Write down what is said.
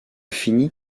fini